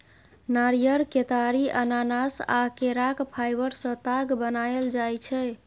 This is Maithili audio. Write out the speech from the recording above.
नारियर, केतारी, अनानास आ केराक फाइबर सँ ताग बनाएल जाइ छै